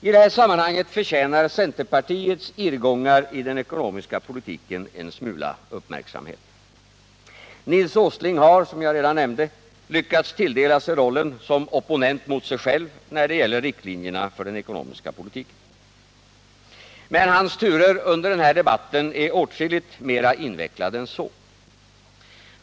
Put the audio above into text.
I det här sammanhanget förtjänar centerpartiets irrgångar i den ekonomiska politiken en smula uppmärksamhet. Nils Åsling har, som jag redan nämnt, lyckats tilldela sig rollen som opponent mot sig själv när det gäller riktlinjerna för den ekonomiska politiken. Men hans turer under den här debatten är åtskilligt mera invecklade än så.